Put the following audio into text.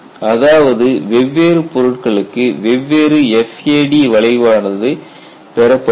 அதாவது வெவ்வேறு பொருட்களுக்கு வெவ்வேறு FAD வளைவானது பெறப்படுகிறது